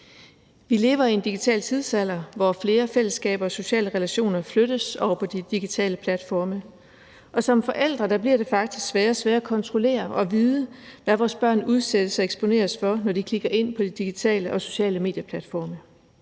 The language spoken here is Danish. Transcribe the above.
Vi lever i en digital tidsalder, hvor flere fællesskaber og sociale relationer flyttes over på de digitale platforme, og som forældre bliver det faktisk sværere og sværere for os at kontrollere og vide, hvad vores børn udsættes og eksponeres for, når de kigger ind på de digitale og sociale medieplatforme.